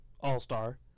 all-star